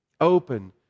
open